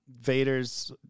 Vader's